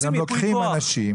אז הם לוקחים אנשים.